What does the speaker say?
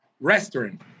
restaurant